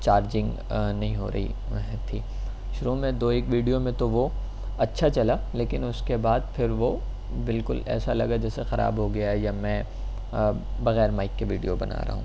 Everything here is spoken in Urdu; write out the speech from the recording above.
چارجنگ نہیں ہو رہی تھی شروع میں دو ایک ویڈیو میں تو وہ اچھا چلا لیکن اس کے بعد پھر وہ بالکل ایسا لگا جیسے خراب ہو گیا ہے یا میں بغیر مائک کے ویڈیو بنا رہا ہوں